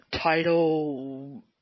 title